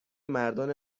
مردان